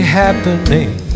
happening